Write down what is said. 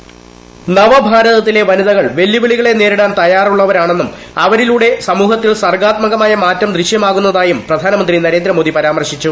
voice നവഭാരതത്തിലെ വനിതകൾ വെല്ലുവിളികളെ നേരിടാൻ തയ്യാറുള്ളവരാണെന്നും അവരിലൂടെ സമൂഹത്തിൽ സർഗാത്മ കമായ മാറ്റം ദൃശൃമാകുന്നതായും പ്രധാനമന്ത്രി നരേന്ദ്രമോദി പരാമർശിച്ചു